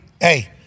hey